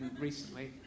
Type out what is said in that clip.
recently